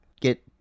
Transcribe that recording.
get